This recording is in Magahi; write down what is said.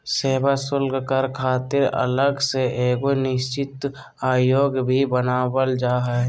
सेवा शुल्क कर खातिर अलग से एगो निश्चित आयोग भी बनावल जा हय